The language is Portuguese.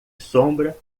sombra